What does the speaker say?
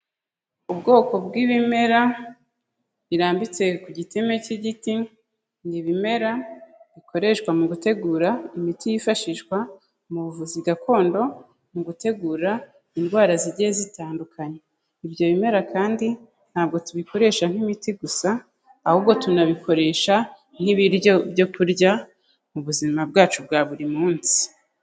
Ubwoko bw'ibimera birambitse ku giteme cy'igiti, ni ibimera bikoreshwa mu gutegura imiti yifashishwa mu buvuzi gakondo, mu gutegura indwara zigiye zitandukanye. Ibyo bimera kandi ntabwo tubikoresha nk'imiti gusa, ahubwo tunabikoresha nk'ibiryo byo kurya mu buzima bwacu bwa buri munsi.